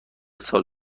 سال